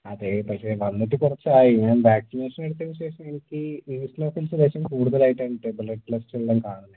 അതെ പക്ഷെ വന്നിട്ട് കുറച്ചായി ഞാൻ വാക്സിനേഷൻ എടുത്തതിന് ശേഷം എനിക്ക് ലൂസ് മോഷൻസ് ലേശം കൂടുതലായിട്ടാണ് ബ്ലെഡ് ടെസ്റ്റെല്ലാം കാണുന്നത്